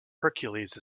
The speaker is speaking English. hercules